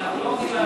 אנחנו לא עומדים על